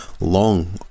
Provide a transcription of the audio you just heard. long